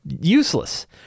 useless